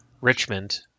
Richmond